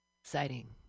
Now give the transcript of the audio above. Exciting